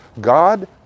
God